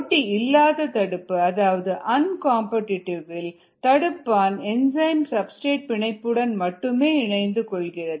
போட்டியில்லாத தடுப்பு அதாவது uncompetitive inhibition இல் தடுப்பான் என்சைம் சப்ஸ்டிரேட் பிணைப்புடன் மட்டுமே இணைந்து கொள்கிறது